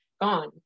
gone